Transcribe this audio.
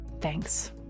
Thanks